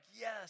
yes